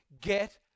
Get